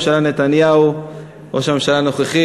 אני אשמח להתייחס,